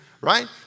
right